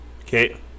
Okay